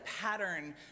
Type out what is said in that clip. pattern